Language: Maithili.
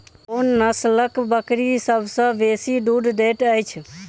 कोन नसलक बकरी सबसँ बेसी दूध देइत अछि?